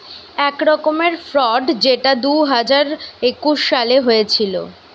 এক রকমের ফ্রড যেটা দুই হাজার একুশ সালে হয়েছিল